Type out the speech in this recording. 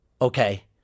okay